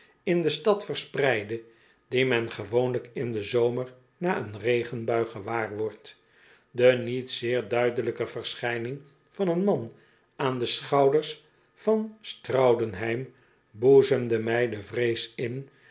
in de stad verspreidde die men gewoonlijk in den zomer na een regenbui gewaar wordt de niet zeer duidelijke verschijning van een man aan de schouders van straudenheim boezemde mij de vrees in